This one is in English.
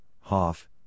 HOFF